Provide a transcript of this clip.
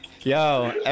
Yo